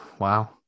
Wow